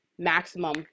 maximum